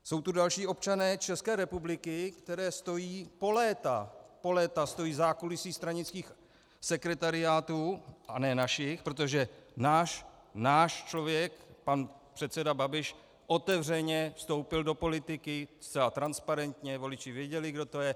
Jsou tu další občané České republiky, kteří stojí po léta, po léta stojí v zákulisí stranických sekretariátů, a ne našich, protože náš člověk pan předseda Babiš otevřeně vstoupil do politiky, zcela transparentně, voliči věděli, kdo to je.